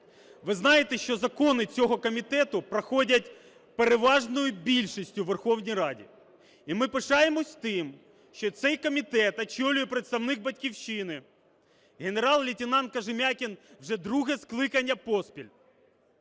Ви знаєте, що закони цього комітету проходять переважною більшістю у Верховній Раді. І ми пишаємося тим, що цей комітет очолює представник "Батьківщини" генерал-лейтенант Кожем'якін вже друге скликання поспіль.